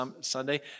Sunday